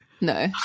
No